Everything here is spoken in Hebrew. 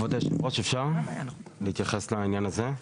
כבוד יושב הראש, אפשר להתייחס לעניין הזה?